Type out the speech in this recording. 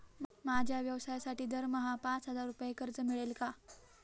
माझ्या व्यवसायासाठी दरमहा पाच हजार रुपये कर्ज मिळेल का?